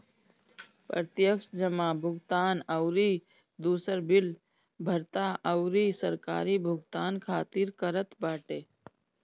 प्रत्यक्ष जमा भुगतान अउरी दूसर बिल भरला अउरी सरकारी भुगतान खातिर करत बाटे